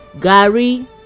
gary